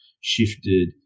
shifted